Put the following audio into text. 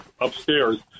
upstairs